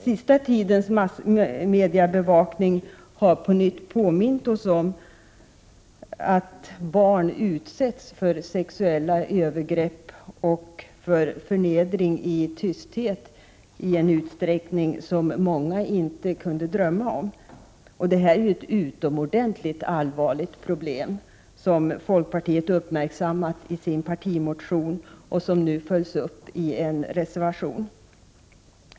Sista tidens massmediabevakning har ånyo påmint oss om att barn utsätts för sexuella övergrepp och förnedring i tysthet i en utsträckning som många inte kunde drömma om. Detta är ett utomordentligt allvarligt problem, som folkpartiet har uppmärksammat i sin partimotion och som nu följs upp i en reservation.